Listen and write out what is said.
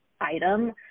item